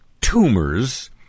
tumors